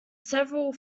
several